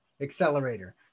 accelerator